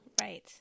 right